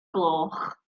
gloch